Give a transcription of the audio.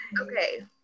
okay